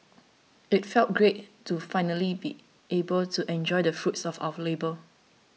it felt great to finally be able to enjoy the fruits of our labour